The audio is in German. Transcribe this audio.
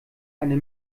eine